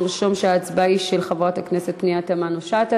לרשום שההצבעה היא של חברת הכנסת פנינה תמנו-שטה.